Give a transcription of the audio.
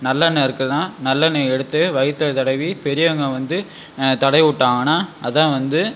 நல்லெண்ணய் இருக்குனா நல்லெண்ணயை எடுத்து வயிற்றுல தடவி பெரியவங்க வந்து தடவி விட்டாங்கன்னா அதுதான் வந்து